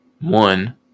One